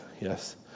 Yes